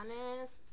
honest